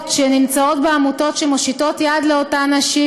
שנמצאות בעמותות ומושיטות יד לאותן נשים,